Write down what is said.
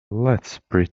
pretend